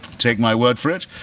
take my word for it.